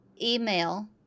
email